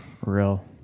real